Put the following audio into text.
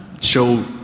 show